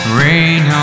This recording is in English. rain